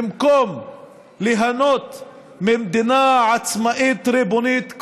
במקום ליהנות ממדינה עצמאית ריבונית,